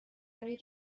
برای